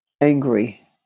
angry